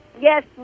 yes